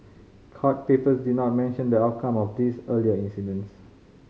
court papers did not mention the outcome of these earlier incidents